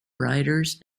writers